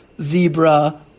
Zebra